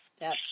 Yes